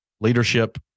leadership